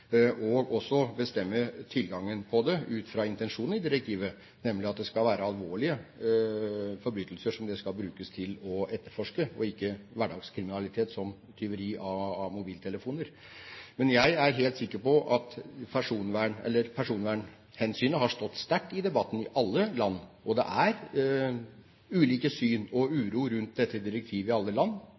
bestemme tilgangen til dataene ut fra intensjonen i direktivet, nemlig at de skal brukes til å etterforske alvorlige forbrytelser, og ikke hverdagskriminalitet, som f.eks. tyveri av mobiltelefoner. Jeg er helt sikker på at personvernhensynet har stått sterkt i debatten i alle land. Det er ulike syn på og uro rundt dette direktivet i alle land,